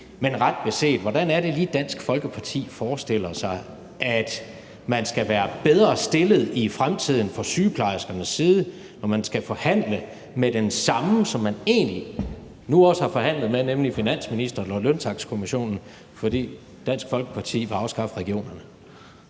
strejkeret, men hvordan er det lige ret beset Dansk Folkeparti forestiller sig at man skal være bedre stillet i fremtiden set fra sygeplejerskernes side, når man skal forhandle med den samme, som man egentlig også har forhandlet med nu, nemlig finansministeren og Regionernes Lønnings- og Takstnævn, fordi Dansk Folkeparti vil afskaffe regionerne?